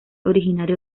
originario